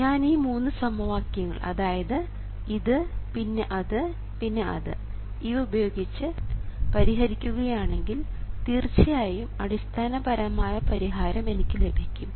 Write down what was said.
ഞാൻ ഈ മൂന്ന് സമവാക്യങ്ങൾ അതായത് ഇത് പിന്നെ അത് പിന്നെ അത് ഇവ ഉപയോഗിച്ച് പരിഹരിക്കുകയാണെങ്കിൽ തീർച്ചയായും അടിസ്ഥാനപരമായ പരിഹാരം എനിക്ക് ലഭിക്കും